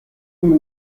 اون